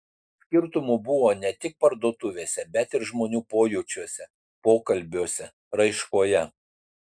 skirtumų buvo ne tik parduotuvėse bet ir žmonių pojūčiuose pokalbiuose raiškoje